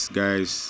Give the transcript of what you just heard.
guys